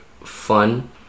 fun